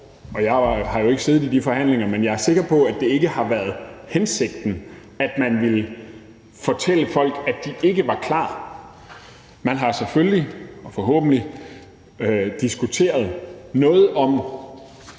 – jeg har jo ikke siddet med ved de forhandlinger – været hensigten, er jeg sikker på, at man ville fortælle folk, at de ikke var klar. Man har selvfølgelig og forhåbentlig diskuteret noget om,